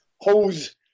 hose